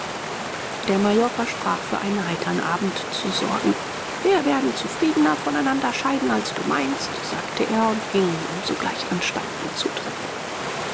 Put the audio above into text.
der major versprach für einen heitern abend zu sorgen wir werden zufriedener von einander scheiden als du meinst sagte er und ging um sogleich anstalten zu treffen